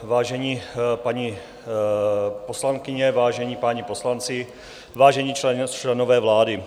Vážené paní poslankyně, vážení páni poslanci, vážení členové vlády.